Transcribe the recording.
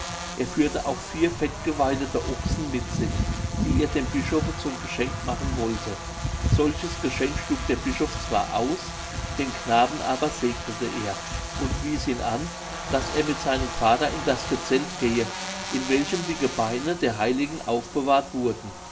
er führte auch vier fettgeweidete ochsen mit sich die er dem bischofe zum geschenk machen wollte solches geschenk schlug der bischof zwar aus den knaben aber segnete er und wies ihn an daß er mit seinem vater in das gezelt gehe in welchem die gebeine der heiligen aufbewahrt wurden